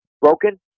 broken